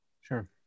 sure